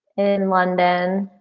n london.